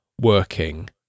working